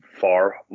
far